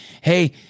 Hey